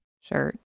shirt